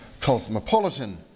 Cosmopolitan